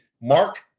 Mark